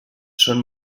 són